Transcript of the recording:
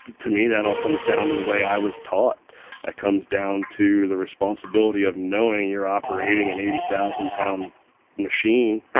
to to me that all comes down to the way i was taught that comes down to the responsibility of knowing you're operating an eighty-thousand-pound machine.